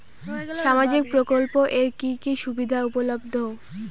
সামাজিক প্রকল্প এর কি কি সুবিধা উপলব্ধ?